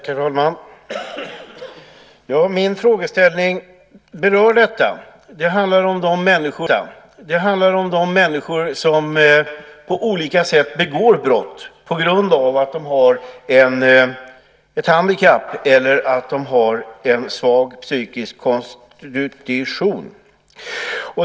Herr talman! Min frågeställning berör detta. Den handlar om de människor som på olika sätt begår brott på grund av att de har ett handikapp eller en svag psykisk konstitution.